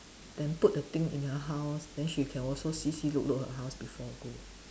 then put the thing in her house then she can also see see look look her house before go